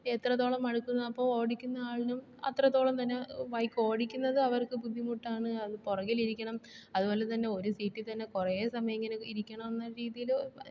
എത്രത്തോളം മടുക്കുന്നോ അപ്പോൾ ഓടിക്കുന്ന ആളിനും അത്രത്തോളം തന്നെ ബൈക്ക് ഓടിക്കുന്നത് അവർക്ക് ബുദ്ധിമുട്ട് ആണ് അത് പുറകിൽ ഇരിക്കണം അതുപോലെതന്നെ ഒരു സീറ്റിൽ തന്നെ കുറേ സമയം ഇങ്ങനെ ഇരിക്കണം എന്ന രീതിയിൽ